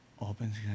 opens